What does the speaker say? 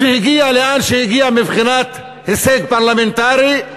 והגיע לאן שהגיע מבחינת הישג פרלמנטרי,